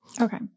Okay